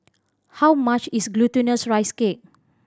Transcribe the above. how much is Glutinous Rice Cake